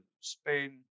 Spain